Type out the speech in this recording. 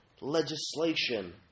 legislation